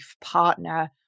partner